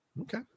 okay